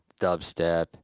dubstep